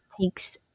takes